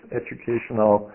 educational